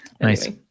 Nice